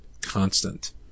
constant